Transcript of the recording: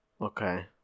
Okay